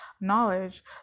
knowledge